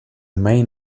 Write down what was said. main